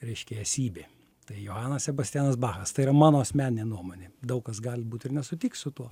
reiškia esybė tai johanas sebastianas bachas tai yra mano asmeninė nuomonė daug kas gali būt ir nesutiks su tuo